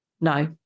No